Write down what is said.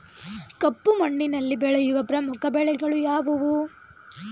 ಕಪ್ಪು ಮಣ್ಣಿನಲ್ಲಿ ಬೆಳೆಯುವ ಪ್ರಮುಖ ಬೆಳೆಗಳು ಯಾವುವು?